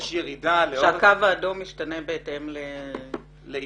הקו האדום משתנה בהתאם למצב.